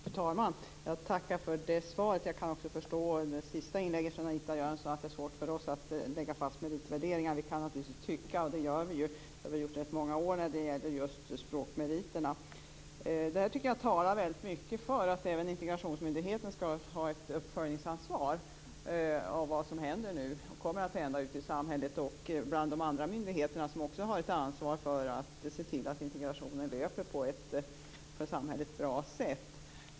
Fru talman! Jag tackar för svaret. Jag förstår av Anita Jönssons senaste inlägg att det är svårt för oss att lägga fast hur meriter skall värderas. Vi kan naturligtvis tycka - det gör vi och har gjort i många år - när det gäller språkmeriterna. Det här talar för att även integrationsmyndigheten skall ha ett uppföljningsansvar av vad som händer och kommer att hända i samhället. Även de andra myndigheterna har ett ansvar för att integrationen löper på ett för samhället bra sätt.